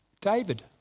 David